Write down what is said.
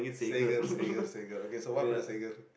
Sager Sager Sager okay so what happened to Sager